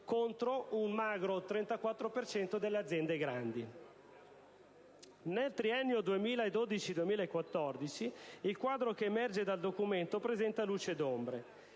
contro un magro 34 per cento delle aziende grandi. Nel triennio 2012-2014, il quadro che emerge dal Documento presenta luci e ombre.